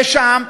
ושם,